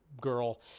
girl